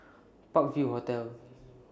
Park View Hotel